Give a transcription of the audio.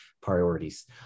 priorities